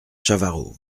chavarot